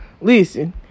Listen